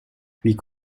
puis